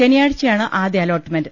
ശനിയാഴ്ചയാണ് ആദ്യ അലോട്ട്മെന്റ്